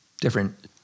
different